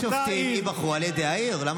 שהשופטים ייבחרו על ידי העיר.